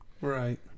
right